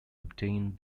obtain